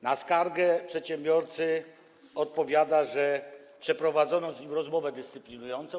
Na skargę przedsiębiorcy odpowiada, że przeprowadzono rozmowę dyscyplinującą.